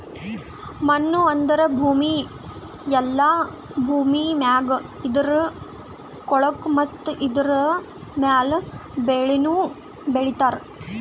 ಮಣ್ಣು ಅಂದುರ್ ಭೂಮಿ ಇಲ್ಲಾ ಭೂಮಿ ಮ್ಯಾಗ್ ಇರದ್ ಕೊಳಕು ಮತ್ತ ಇದುರ ಮ್ಯಾಲ್ ಬೆಳಿನು ಬೆಳಿತಾರ್